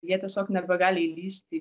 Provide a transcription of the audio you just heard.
jie tiesiog nebegali įlįsti į